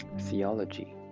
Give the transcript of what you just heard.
theology